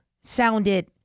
sounded